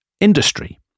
industry